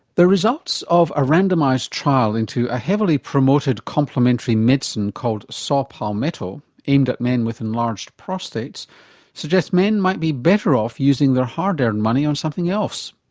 the results of a randomised trial into a heavily promoted complementary medicine called saw palmetto aimed at men with enlarged prostates suggests men might be better off using their hard earned money on something else.